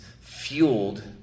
fueled